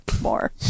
more